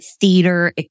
theater